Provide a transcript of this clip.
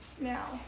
now